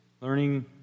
learning